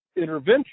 intervention